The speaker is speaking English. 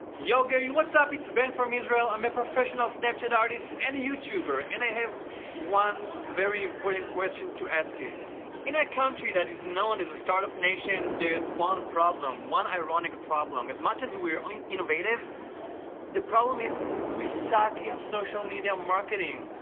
yo gary. what's up? i'm ben from israel. i'm a professional snapchat artist and youtuber. and i have one very important question to ask you in a country that is known as a startup nation there is one problem, one ironic problem. as much as were innovative the problem is we suck in social media marketing.